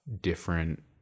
different